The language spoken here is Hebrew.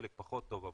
חלק פחות טוב,